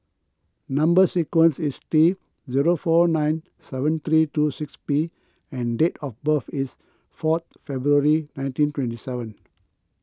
Number Sequence is T zero four nine seven three two six P and date of birth is fourth February nineteen twenty seven